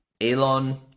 Elon